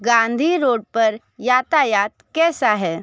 Gandhi road पर यातायात कैसा है